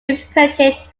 interpreted